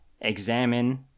examine